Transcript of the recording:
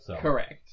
Correct